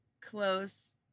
close